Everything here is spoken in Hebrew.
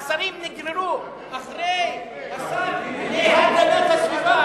השרים נגררו אחרי השר להגנת הסביבה,